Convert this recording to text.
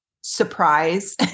surprise